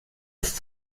ist